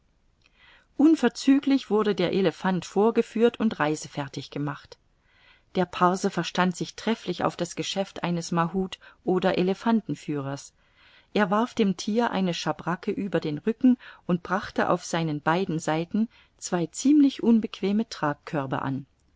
unverzüglich wurde der elephant vorgeführt und reisefertig gemacht der parse verstand sich trefflich auf das geschäft eines mahut oder elephantenführers er warf dem thier eine schabracke über den rücken und brachte auf seinen beiden seiten zwei ziemlich unbequeme tragkörbe an